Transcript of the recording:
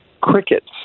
crickets